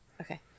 Okay